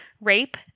rape